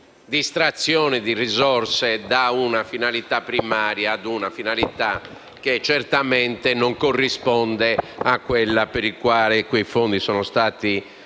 distrazione di risorse da una finalità primaria a una finalità che certamente non corrisponde a quella per la quale quei fondi sono stati